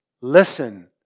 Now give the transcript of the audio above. Listen